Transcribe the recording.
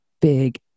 big